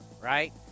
right